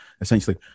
essentially